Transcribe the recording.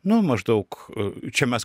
nu maždaug čia mes